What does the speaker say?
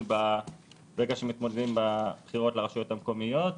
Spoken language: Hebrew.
ברגע שמתמודדים בבחירות לרשויות המקומיות.